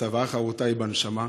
הצוואה החרותה היא בנשמה,